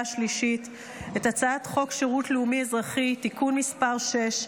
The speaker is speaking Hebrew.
השלישית את הצעת חוק שירות לאומי-אזרחי (תיקון מס' 6),